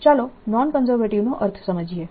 ચાલો નોન કન્ઝર્વેટીવનો અર્થ સમજીએ